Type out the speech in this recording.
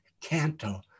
canto